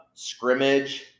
Scrimmage